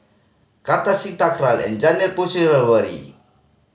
Kartar Singh Thakral and Janil Puthucheary